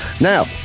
now